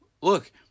look